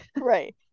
Right